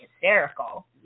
hysterical